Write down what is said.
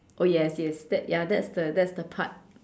oh yes yes that ya that's the that's the part